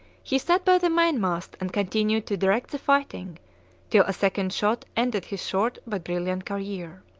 he sat by the mainmast and continued to direct the fighting till a second shot ended his short but brilliant career.